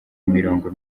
imirongo